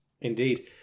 Indeed